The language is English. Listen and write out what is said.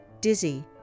dizzy